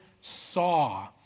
saw